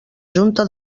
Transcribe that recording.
junta